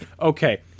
Okay